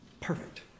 perfect